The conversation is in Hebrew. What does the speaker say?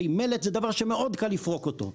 מלט זה דבר שקל מאוד לפרוק אותו.